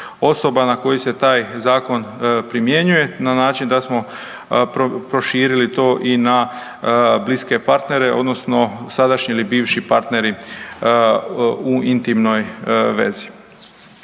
na koji se taj zakon primjenjuje na način da smo proširili to i na bliske partnere odnosno sadašnji ili bivši partneri u intimnoj vezi.